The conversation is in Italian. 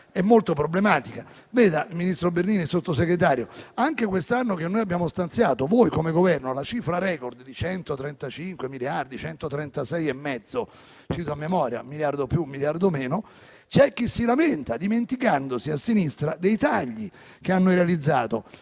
è molto problematica. Vede, ministro Bernini e Sottosegretario, anche quest'anno che abbiamo stanziato - voi come Governo - la cifra record di circa 136,5 miliardi (cito a memoria, miliardo più, miliardo meno), c'è chi si lamenta, dimenticandosi a sinistra dei tagli che hanno realizzato.